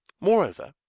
Moreover